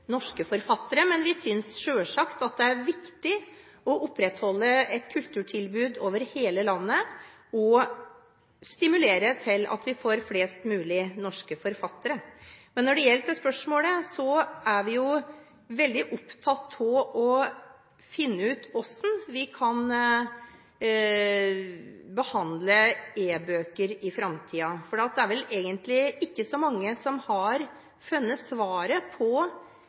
norske forfattere, men vi synes selvsagt at det er viktig å opprettholde et kulturtilbud over hele landet og stimulere til at vi får flest mulig norske forfattere. Når det gjelder spørsmålet, er vi veldig opptatt av å finne ut hvordan vi kan behandle e-bøker i framtiden, for det er vel egentlig ikke så mange som har funnet svaret på